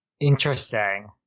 Interesting